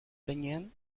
behinean